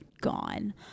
gone